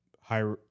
high